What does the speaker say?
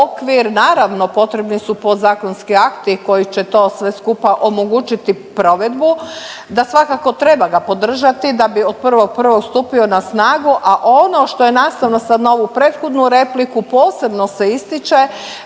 naravno potrebni su podzakonski akti koji će to sve skupa omogućiti provedbu, da svakako treba ga podržati da bi od 1.1. stupio na snagu, a ono što je nastavno sad na ovu prethodnu repliku, posebno se ističe